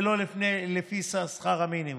ולא לפי שכר המינימום.